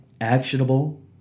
actionable